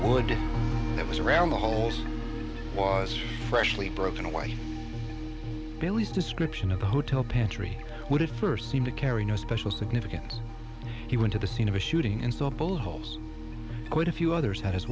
would if it was around the hole was freshly broken away billy's description of the hotel pantry would have first seem to carry no special significance he went to the scene of a shooting and saw bullet holes quite a few others had as